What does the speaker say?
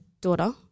daughter